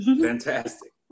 Fantastic